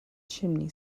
chimney